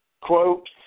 quote